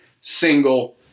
single